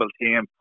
team